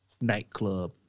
nightclub